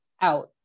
out